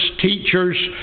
teachers